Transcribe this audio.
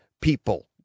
people